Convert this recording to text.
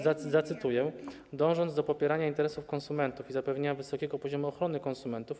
Zacytuję: „Dążąc do popierania interesów konsumentów i zapewnienia wysokiego poziomu ochrony konsumentów,